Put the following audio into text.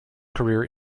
career